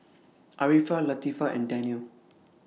Arifa Latifa and Daniel